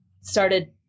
started